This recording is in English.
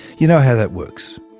you know how that works.